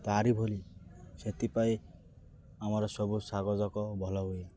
ତାରି ଭଳି ସେଥିପାଇଁ ଆମର ସବୁ ଶାଗଜାକ ଭଲହୁୁଏ